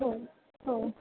हो हो